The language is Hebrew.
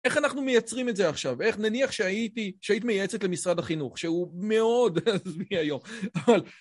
איך אנחנו מייצרים את זה עכשיו? איך נניח שהיית מייעצת למשרד החינוך, שהוא מאוד עזבי היום, אבל...